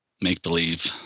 make-believe